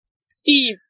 Steve